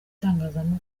itangazamakuru